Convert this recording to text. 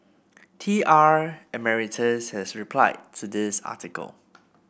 T R Emeritus has replied to this article